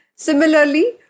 Similarly